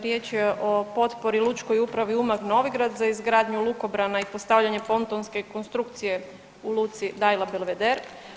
Riječ je o potpori Lučkoj upravi Umag - Novigrad za izgradnju lukobrana i postavljanje pontonske konstrukcije u Luci Dajla-Belveder.